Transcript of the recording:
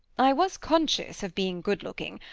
i was conscious of being good-looking.